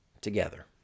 together